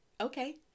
Okay